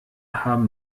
haben